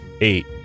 Eight